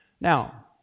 Now